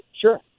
Sure